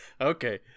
Okay